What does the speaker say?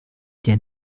der